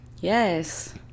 yes